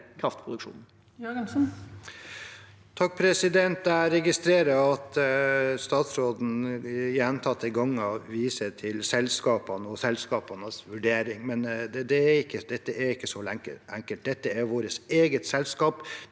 (R) Jeg registrerer at statsråden gjentatte ganger viser til selskapene og selskapenes vurdering, men dette er ikke så enkelt. Dette er vårt eget selskap,